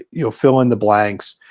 you know, fill in the blanks.